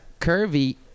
curvy